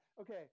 okay